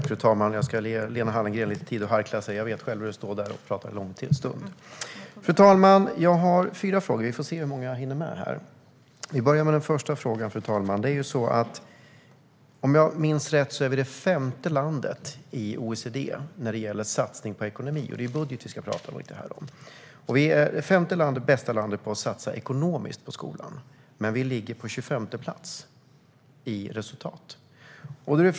Fru talman! Jag har fyra frågor; vi får se hur många jag hinner med. Min första fråga, fru talman, är denna: Om jag minns rätt är Sverige det femte bästa landet i OECD när det gäller att satsa ekonomiskt på skolan. Det är ju budget vi ska tala om här. Men vi ligger på 25:e plats när det handlar om resultat.